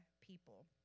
people